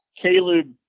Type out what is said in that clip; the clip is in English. Caleb